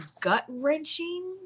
gut-wrenching